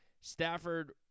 Stafford